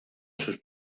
sus